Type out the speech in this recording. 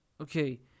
okay